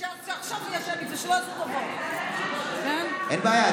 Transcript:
אין בעיה,